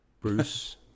Bruce